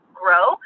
grow